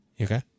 okay